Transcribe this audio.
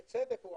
בצדק: